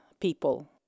people